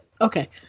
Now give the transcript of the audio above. Okay